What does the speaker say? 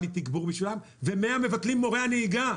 לי תגבור בשבילם והם ו-100 מבטלים מורי הנהיגה,